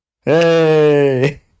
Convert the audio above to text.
Hey